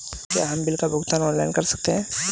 क्या हम बिल का भुगतान ऑनलाइन कर सकते हैं?